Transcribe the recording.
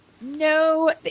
no –